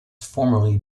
formerly